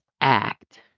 act